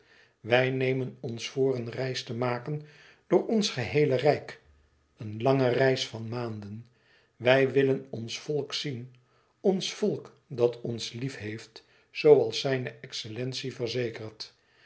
wij nemen ons voor een reis te maken door ons geheele rijk een lange reis van maanden wij willen ons volk zien ons volk dat ons liefheeft zooals zijne excellentie verzekert